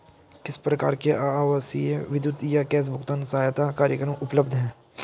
किस प्रकार के आवासीय विद्युत या गैस भुगतान सहायता कार्यक्रम उपलब्ध हैं?